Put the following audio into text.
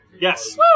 Yes